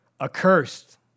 accursed